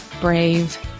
brave